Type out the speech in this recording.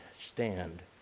stand